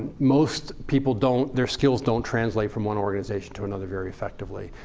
most people don't their skills don't translate from one organization to another very effectively.